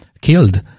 killed